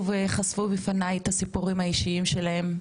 וחשפו בפניי את הסיפורים האישיים שלהם,